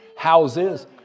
Houses